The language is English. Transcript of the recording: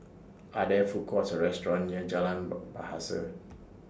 Are There Food Courts Or restaurants near Jalan ber Bahasa